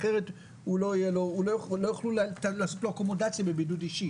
אחרת לא יוכלו לעשות לו אקומודציה בבידוד אישי.